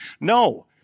No